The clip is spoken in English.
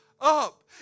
up